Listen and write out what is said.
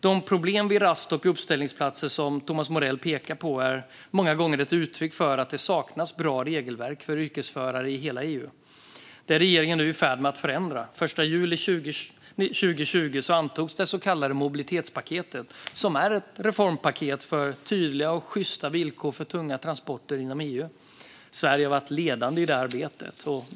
De problem vid rast och uppställningsplatser som Tomas Morell pekar på är många gånger ett uttryck för att det saknats bra regelverk för yrkesförare i hela EU. Det är regeringen nu i färd med att förändra. I juli 2020 antogs det så kallade mobilitetspaketet, som är ett reformpaket för tydliga och sjysta villkor för tunga transporter inom EU. Sverige har varit ledande i det arbetet.